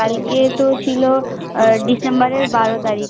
কালকে তো ছিলো ডিসেম্বরের বারো তারিখ